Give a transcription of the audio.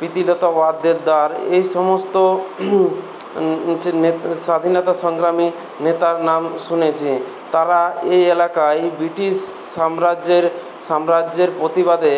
প্রীতিলতা ওয়াদ্দেদার এইসমস্ত স্বাধীনতা সংগ্রামী নেতার নাম শুনেছি তাঁরা এই এলাকায় ব্রিটিশ সাম্রাজ্যের সাম্রাজ্যের প্রতিবাদে